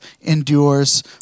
endures